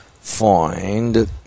find